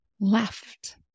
left